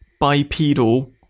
bipedal